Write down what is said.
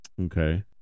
Okay